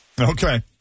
Okay